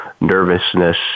nervousness